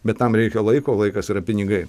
bet tam reikia laiko laikas yra pinigai